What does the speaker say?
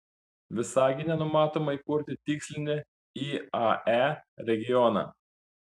visagine numatoma įkurti tikslinį iae regioną